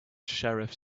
sheriff